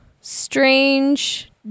strange